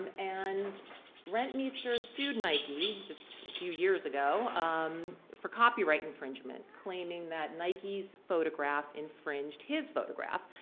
and and rentmeester sued nike just a few years ago um for copyright infringement, claiming that nike's photograph infringed his photograph,